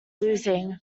losing